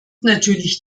natürlich